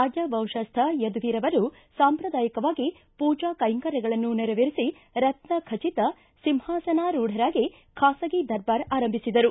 ರಾಜವಂಶಸ್ವ ಯದುವೀರ್ ಅವರು ಸಾಂಪ್ರದಾಯಿಕವಾಗಿ ಪೂಜಾ ಕೈಂಕರ್ಯಗಳನ್ನು ನೆರವೇರಿಸಿ ರತ್ಯಖಚಿತ ಸಿಂಹಾಸನಾರೂಢರಾಗಿ ಖಾಸಗಿ ದರ್ಬಾರ್ ಆರಂಭಿಸಿದರು